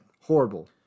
Horrible